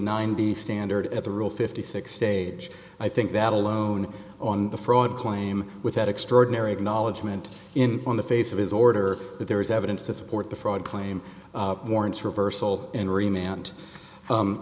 nine b standard as a rule fifty six stage i think that alone on the fraud claim without extraordinary acknowledgement in on the face of his order that there is evidence to support the fraud claim warrants reversal